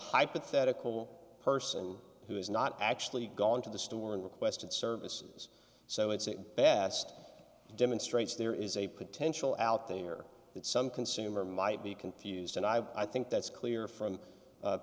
hypothetical person who has not actually gone to the store and requested services so it's a bass demonstrates there is a potential out there that some consumer might be confused and i've i think that's clear from